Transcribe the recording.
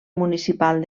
municipal